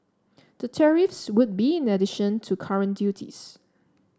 the tariffs would be in addition to current duties